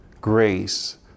grace